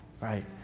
Right